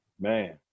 Man